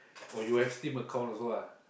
oh you have Steam account also ah